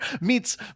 meets